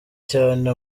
cyane